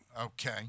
Okay